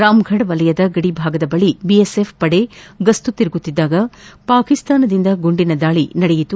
ರಾಮ್ಗಢ ವಲಯದ ಗಡಿಭಾಗದ ಬಳಿ ಬಿಎಸ್ಎಫ್ ಪಡೆ ಗಸ್ತು ತಿರುಗುತ್ತಿದ್ದಾಗ ಪಾಕಿಸ್ತಾನದಿಂದ ಗುಂಡಿನ ದಾಳಿ ನಡೆದಿದೆ